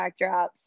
backdrops